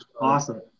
awesome